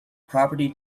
property